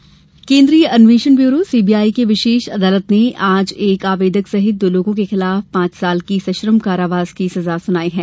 CBI सजा केन्द्रीय अन्वेषण ब्यूरो सीबीआई की विशेष अदालत ने आज एक आवेदक सहित दो लोगों के खिलाफ पांच साल की सश्रम कारावास की सजा सुनाई है